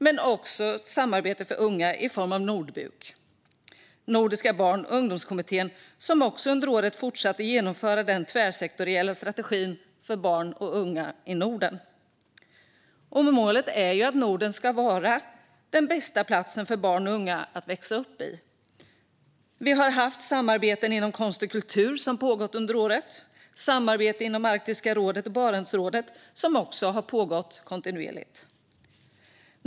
Men vi har också samarbete för unga i form av Nordbuk, Nordiska barn och ungdomskommittén, som under året har fortsatt att genomföra den tvärsektoriella strategin för barn och unga i Norden. Målet är att Norden ska vara den bästa platsen för barn och unga att växa upp i. Vi har haft samarbeten inom konst och kultur, som pågått under året. Det har varit samarbete inom Arktiska rådet och Barentsrådet, som också har pågått kontinuerligt.